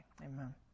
amen